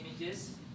images